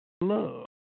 love